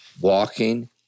walking